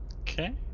okay